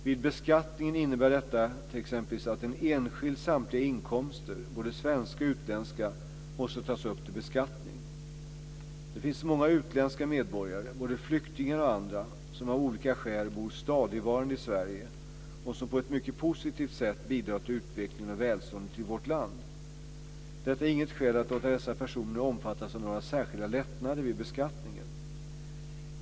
Vid beskattningen innebär detta t.ex. att en enskilds samtliga inkomster, både svenska och utländska, måste tas upp till beskattning. Det finns många utländska medborgare - både flyktingar och andra - som av olika skäl bor stadigvarande i Sverige och som på ett mycket positivt sätt bidrar till utvecklingen och välståndet i vårt land. Detta är inget skäl att låta dessa personer omfattas av några särskilda lättnader vid beskattningen.